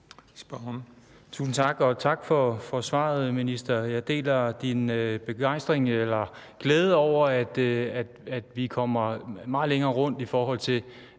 Tusind tak, og tak for svaret, minister. Jeg deler din begejstring eller glæde over, at vi kommer meget bredere rundt, i forhold til